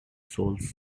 souls